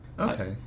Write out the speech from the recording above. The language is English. okay